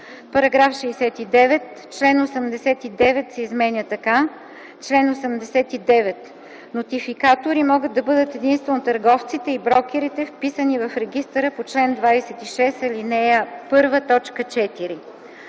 им.” § 69. Член 89 се изменя така: „Чл. 89. Нотификатори могат да бъдат единствено търговците и брокерите, вписани в регистъра по чл. 26, ал. 1,